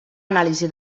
anàlisi